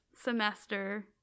semester